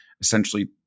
essentially